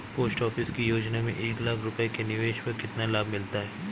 Post office की योजना में एक लाख रूपए के निवेश पर कितना लाभ मिलता है?